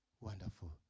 Wonderful